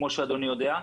כפי שאדוני יודע.